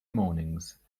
mornings